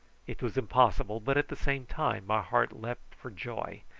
it was impossible, but at the same time my heart leaped for joy.